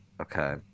Okay